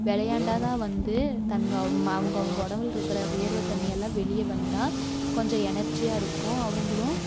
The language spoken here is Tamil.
விளையாண்டா தான் வந்து தன் அவங்கவுங்க உடம்புல இருக்கிற வேர்வை தண்ணி எல்லாம் வெளியே வந்தால் கொஞ்சம் எனர்ஜியாக இருக்கும் அவங்களும்